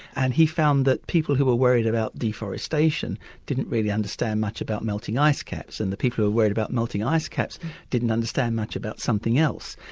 and he found that people who were worried about deforestation didn't really understand about melting icecaps, and the people who were worried about melting icecaps didn't understand much about something else.